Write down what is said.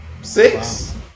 six